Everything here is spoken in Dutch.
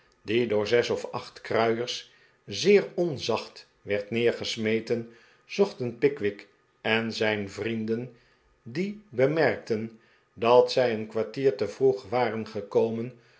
die door zes of acht kruiers zeer onzacht werd neergesmeten zochten pickwick en zijn vrienden die bemerkten dat zij een kwartier te vroeg waren gekomen